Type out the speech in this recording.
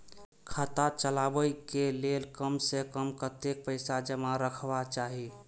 खाता चलावै कै लैल कम से कम कतेक पैसा जमा रखवा चाहि